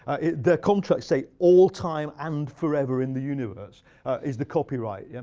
their contracts say all time and forever in the universe is the copyright. yeah